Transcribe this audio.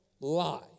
lie